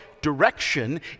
direction